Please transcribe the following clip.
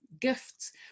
gifts